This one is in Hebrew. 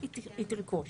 מה שהיא תרצה היא תרכוש.